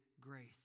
grace